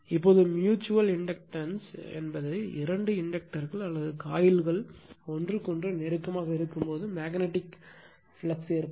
இப்போது mutual inductance இப்போது இரண்டு இண்டக்டர்கள் அல்லது காயில்கள் ஒருவருக்கொருவர் நெருக்கமாக இருக்கும்போது மேக்னட்டிக் பாய்வு ஏற்படும்